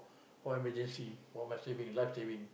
for my emergency for my saving life saving